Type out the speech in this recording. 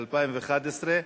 (בחינת רישוי ברוקחות), התשע"ב 2011,